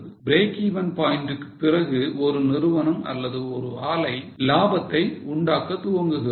Breakeven point க்கு பிறகு ஒரு நிறுவனம் அல்லது ஒரு ஆலை லாபத்தை உண்டாக்க துவங்குகிறது